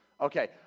okay